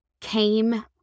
came